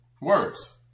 Words